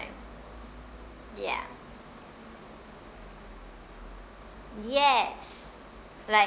ya yes like